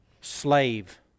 slave